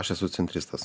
aš esu centristas